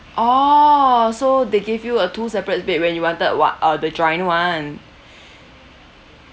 orh so they gave you a two separate bed when you wanted one uh the joined one